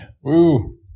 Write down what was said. Woo